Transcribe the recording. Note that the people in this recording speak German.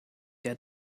der